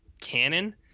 canon